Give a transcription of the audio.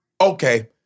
okay